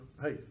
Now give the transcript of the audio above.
hey